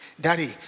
daddy